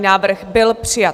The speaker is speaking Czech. Návrh byl přijat.